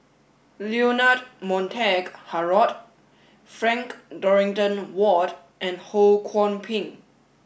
Leonard Montague Harrod Frank Dorrington Ward and Ho Kwon Ping